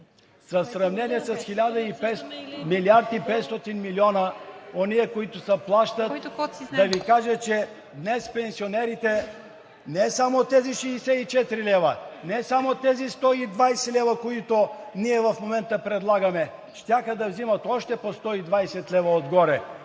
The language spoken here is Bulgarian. в сравнение с милиард и 500 милиона онези, които се плащат, да Ви кажа, че днес пенсионерите не само тези 64 лв., не само тези 120 лв., които ние в момента предлагаме, щяха да взимат още по 120 лв. отгоре,